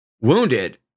Wounded